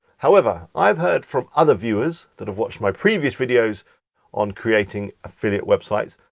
however, i've heard from other viewers that have watched my previous videos on creating affiliate websites,